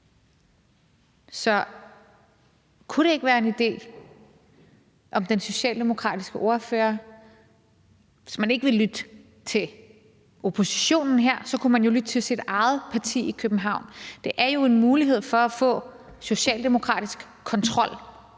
Kunne det ikke være en idé, om den socialdemokratiske ordfører, hvis ikke man vil lytte til oppositionen her, kunne lytte til sit eget parti i København? Det er jo en mulighed for at få socialdemokratisk kontrol